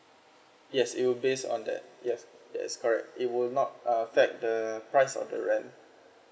yes it will base on that yes that is correct it will not affect the price of the rent